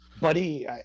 buddy